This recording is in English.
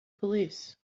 police